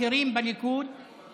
בכירים בליכוד,